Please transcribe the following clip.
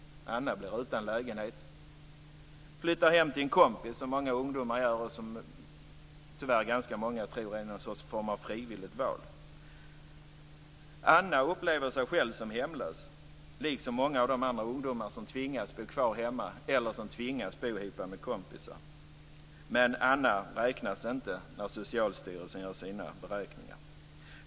Anna blir utan lägenhet. Hon flyttar hem till en kompis, något som många ungdomar gör och som tyvärr ganska många tror är någon sorts frivilligt val. Anna upplever sig själv som hemlös, liksom många av de andra ungdomar som tvingas bo kvar hemma eller som tvingas bo ihop med kompisar. Men Anna räknas inte när Socialstyrelsen gör sina beräkningar.